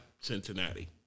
Cincinnati